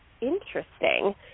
Interesting